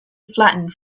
flattened